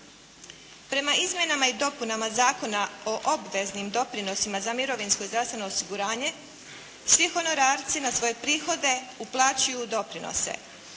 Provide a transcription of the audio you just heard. Prema izmjenama i dopunama Zakona o obveznim doprinosima za mirovinsko i zdravstveno osiguranje svi honorarci na svoje prihode uplaćuju doprinose